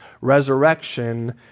resurrection